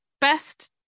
best